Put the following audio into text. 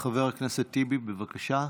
חבר הכנסת טיבי, בבקשה.